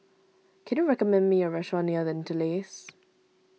can you recommend me a restaurant near the interlace